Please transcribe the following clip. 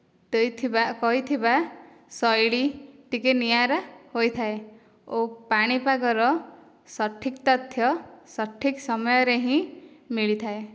ଦେଇଥିବା କହିଥିବା ଶୈଳୀ ଟିକେ ନିଆରା ହୋଇଥାଏ ଓ ପାଣିପାଗର ସଠିକ ତଥ୍ୟ ସଠିକ ସମୟରେ ହିଁ ମିଳିଥାଏ